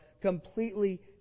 completely